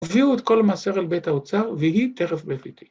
‫הביאו את כל המעשר אל בית האוצר ‫ויהי טרף בביתי.